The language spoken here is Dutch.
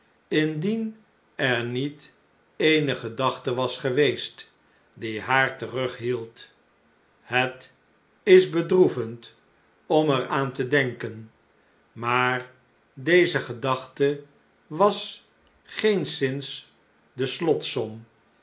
indien er niet eene gedachte was geweest die haar terughield het is bedroevend om er aan te denken maar deze gedachte was geenszins de